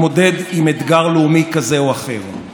חשיבות הליך ביקורת אובייקטיבי ובלתי תלוי ובנייתו כהליך שיטתי